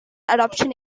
adoption